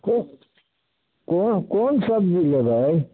को कोन कोन सब्जी लेबै